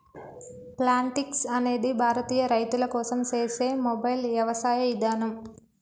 Plantix అనేది భారతీయ రైతుల కోసం సేసే మొబైల్ యవసాయ ఇదానం